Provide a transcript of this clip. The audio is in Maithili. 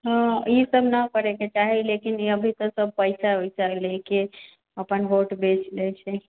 हँ इसब न करैके चाही लेकिन अभी तऽ सब पैसा वैसा लेके अपन वोट बेच दै छै